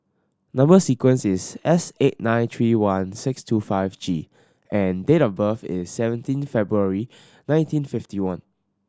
number sequence is S eight nine three one six two five G and date of birth is seventeen February nineteen fifty one